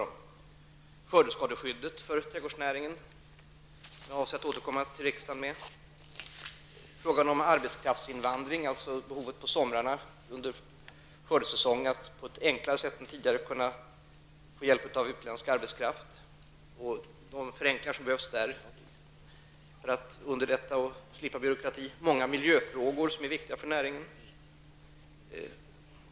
Det gäller skördeskadeskyddet för trädgårdsnäringen, som jag avser att återkomma till riksdagern om. Det gäller frågan om arbetskraftsinvandring, dvs. att odlarna under skördesäsongen på somrarna har behov av att på ett enklare sätt än tidigare få hjälp av utländsk arbetskraft. Detta handlar om att underlätta för odlarna när det gäller t.ex. byråkrati. Det gäller vidare många miljöfrågor som är viktiga för näringen.